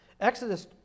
Exodus